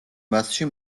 მასში